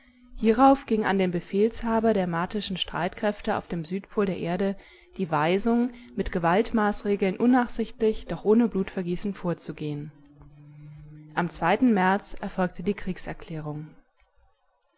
hierauf ging an den befehlshaber der martischen streitkräfte auf dem südpol der erde die weisung mit gewaltmaßregeln unnachsichtlich doch ohne blutvergießen vorzugehen am zweiten märz erfolgte die kriegserklärung